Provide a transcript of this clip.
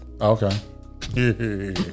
Okay